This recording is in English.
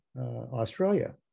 australia